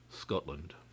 SCOTLAND